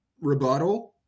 rebuttal